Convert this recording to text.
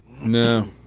No